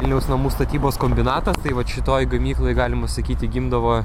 vilniaus namų statybos kombinatas tai vat šitoj gamykloj galima sakyti gimdavo